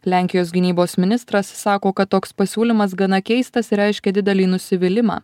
lenkijos gynybos ministras sako kad toks pasiūlymas gana keistas ir reiškia didelį nusivylimą